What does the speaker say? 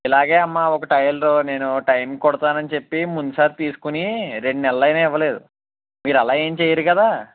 ఇలాగే అమ్మా ఒక టైలర్ నేను టైముకి కుడతానని చెప్పి ముందు సారి తీసుకుని రెండు నెలలు అయినా ఇవ్వలేదు మీరు అలా ఏం చెయ్యరు కదా